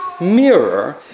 mirror